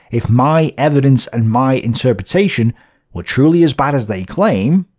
if my evidence and my interpretation were truly as bad as they claim,